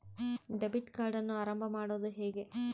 Debit ಕಾರ್ಡನ್ನು ಆರಂಭ ಮಾಡೋದು ಹೇಗೆ?